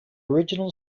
original